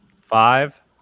Five